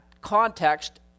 context